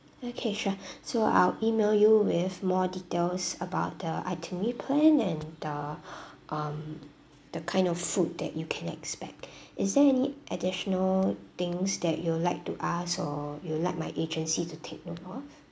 okay sure so I'll email you with more details about the itinerary plan and the um the kind of food that you can expect is there any additional things that you would like to ask or you like my agency to take note of